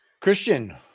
Christian